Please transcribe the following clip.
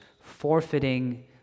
forfeiting